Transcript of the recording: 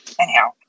anyhow